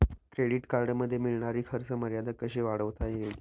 Credit कार्डमध्ये मिळणारी खर्च मर्यादा कशी वाढवता येईल?